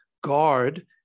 guard